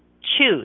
choose